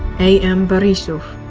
a m. borisov.